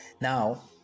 Now